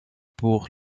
pour